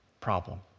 problem